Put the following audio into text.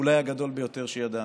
אולי הגדול ביותר שידענו.